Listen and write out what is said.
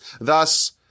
thus